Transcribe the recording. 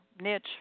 niche